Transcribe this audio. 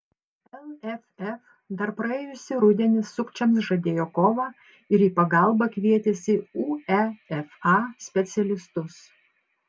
lff dar praėjusį rudenį sukčiams žadėjo kovą ir į pagalbą kvietėsi uefa specialistus